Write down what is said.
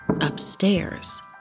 upstairs